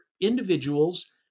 individuals